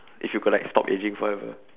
if you could like stop aging forever